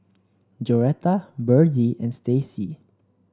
Joretta Byrdie and Stacy